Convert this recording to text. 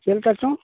ᱪᱮᱫᱞᱮᱠᱟ ᱪᱚᱝ